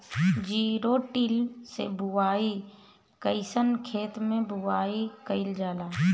Zero till से बुआई कयिसन खेते मै बुआई कयिल जाला?